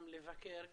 גם לבקר,